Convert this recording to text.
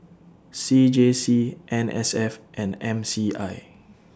C J C N S F and M C I